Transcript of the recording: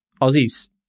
Aussies